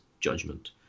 judgment